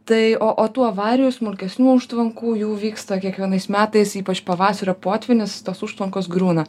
tai o o tų avarijų smulkesnių užtvankų jų vyksta kiekvienais metais ypač pavasario potvynis tos užtvankos griūna